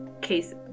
case